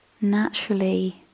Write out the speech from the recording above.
naturally